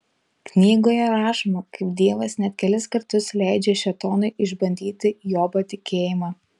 knygoje rašoma kaip dievas net kelis kartus leidžia šėtonui išbandyti jobo tikėjimą